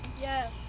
Yes